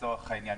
לצורך העניין,